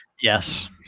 Yes